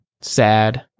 sad